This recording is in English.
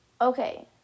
Okay